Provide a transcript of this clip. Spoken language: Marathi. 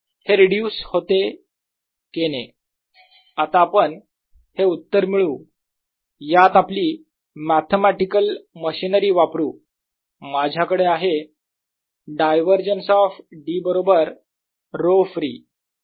हे रिड्यूस होते K ने आता आपण हे उत्तर मिळवू यात आपली मॅथेमॅटिकल मशिनरी वापरू माझ्याकडे आहे डायव्हरजन्स ऑफ D बरोबर ρfree ऍट r